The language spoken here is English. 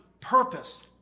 purpose